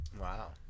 Wow